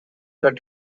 that